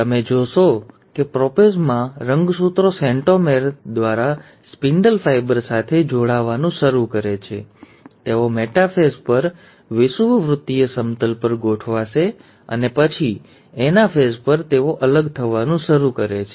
તેથી તમે જોશો કે પ્રોપેઝમાં રંગસૂત્રો સેન્ટ્રોમેર દ્વારા સ્પિન્ડલ ફાઇબર સાથે જોડાવાનું શરૂ કરે છે તેઓ મેટાફેઝ પર વિષુવવૃત્તીય સમતલ પર ગોઠવાશે અને પછી એનાફેઝ પર તેઓ અલગ થવાનું શરૂ કરે છે